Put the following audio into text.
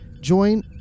join